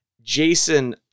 Jason